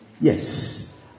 yes